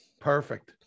Perfect